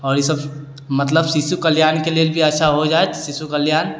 आओर ईसब मतलब शिशु कल्याणके लिए भी अच्छा हो जाएत शिशु कल्याण